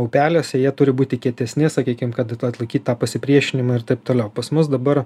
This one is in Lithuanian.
upeliuose jie turi būti kietesni sakykim kad atlaikyt tą pasipriešinimą ir taip toliau pas mus dabar